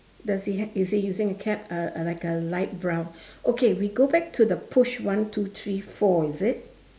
does he h~ is he using a cap uh uh like a light brown okay we go back to the push one two three four is it